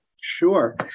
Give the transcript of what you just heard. Sure